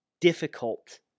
difficult